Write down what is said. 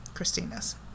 Christina's